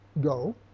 Go